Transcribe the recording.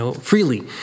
freely